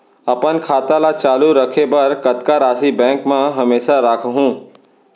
अपन खाता ल चालू रखे बर कतका राशि बैंक म हमेशा राखहूँ?